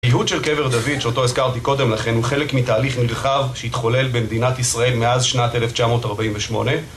הייהוד של קבר דוד, שאותו הזכרתי קודם לכן, הוא חלק מתהליך נרחב שהתחולל במדינת ישראל מאז שנת 1948.